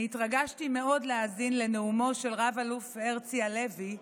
אני התרגשתי מאוד להאזין לנאומו של רב-אלוף הרצי הלוי,